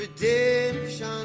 Redemption